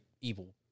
evil